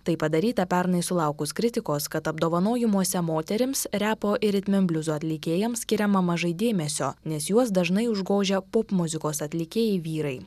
tai padaryta pernai sulaukus kritikos kad apdovanojimuose moterims repo ir ritmenbliuzo atlikėjams skiriama mažai dėmesio nes juos dažnai užgožia popmuzikos atlikėjai vyrai